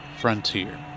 Frontier